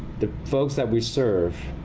the folks that we serve,